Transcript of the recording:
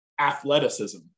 athleticism